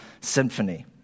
symphony